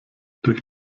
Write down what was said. durch